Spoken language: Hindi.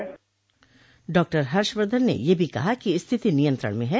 डॉक्टर हर्षवर्धन ने यह भी कहा कि स्थिति नियंत्रण में है